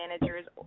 managers